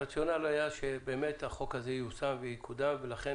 הרציונל היה שבאמת החוק הזה ייושם ויקודם ולכן